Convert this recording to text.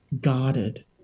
guarded